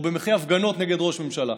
או במחי הפגנות נגד ראש ממשלה.